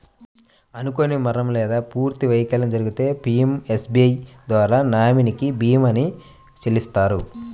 అనుకోని మరణం లేదా పూర్తి వైకల్యం జరిగితే పీయంఎస్బీఐ ద్వారా నామినీకి భీమాని చెల్లిత్తారు